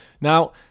Now